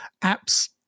Apps